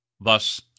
thus